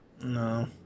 No